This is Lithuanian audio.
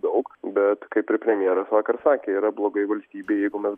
daug bet kaip ir premjeras vakar sakė yra blogai valstybei jeigu mes